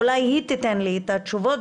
אולי היא תיתן לי את התשובות.